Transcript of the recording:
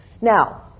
Now